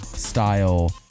style